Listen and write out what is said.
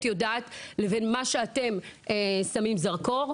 יודעת לבין הדברים עליהם אתם שמים זרקור.